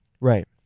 Right